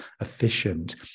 efficient